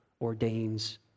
ordains